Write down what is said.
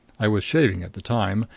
i was shaving at the time,